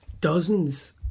dozens